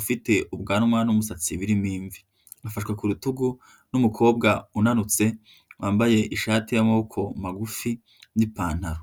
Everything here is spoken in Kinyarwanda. ufite ubwanwa n'umusatsi birimo imvi afashwe ku rutugu n'umukobwa unanutse wambaye ishati y'amaboko magufi n'ipantaro.